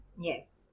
Yes